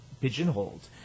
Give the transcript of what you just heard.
pigeonholed